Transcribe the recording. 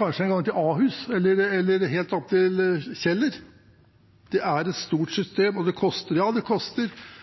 kanskje Ahus eller helt opp til Kjeller. Det er et stort system. Ja, det koster. Det nytter likevel ikke å sette strek over alle de andre gode tiltakene som er